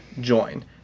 join